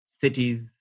cities